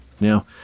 Now